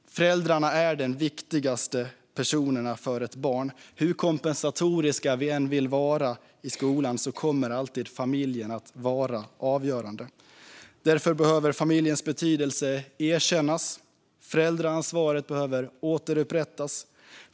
Föräldrarna är de viktigaste personerna för ett barn. Hur kompensatorisk vi än vill att skolan ska vara kommer familjen alltid att vara avgörande. Familjens betydelse behöver därför erkännas och föräldraansvaret återupprättas.